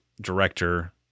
director